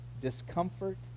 discomfort